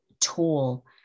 tool